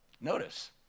Notice